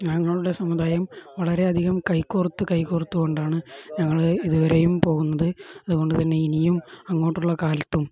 ഞങ്ങളുടെ സമുദായം വളരെയധികം കൈ കോർത്ത് കൈ കോർത്ത് കൊണ്ടാണ് ഞങ്ങൾ ഇതുവരെയും പോകുന്നത് അതുകൊണ്ട് തന്നെ ഇനിയും അങ്ങോട്ടുള്ള കാലത്തും